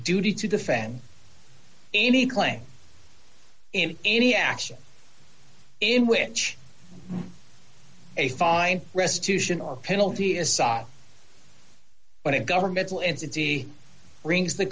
duty to defend any claim in any action in which a fine restitution or penalty is sought when a governmental entity brings the